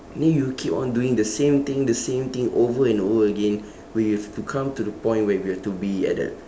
and then you keep on doing the same thing the same thing over and over again with to come to the point where you have to be at that